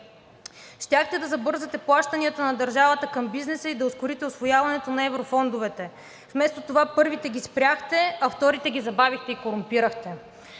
Щяхте да забързате плащанията на държавата към бизнеса и да ускорите усвояването на еврофондовете. Вместо това първите ги спряхте, а вторите ги забавихте и корумпирахте.